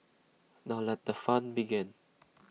now let the fun begin